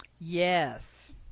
Yes